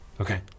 Okay